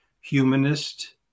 humanist